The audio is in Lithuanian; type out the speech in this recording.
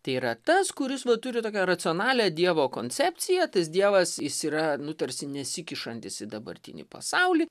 tai yra tas kuris va turi tokią racionalią dievo koncepciją tas dievas jis yra nu tarsi nesikišantis į dabartinį pasaulį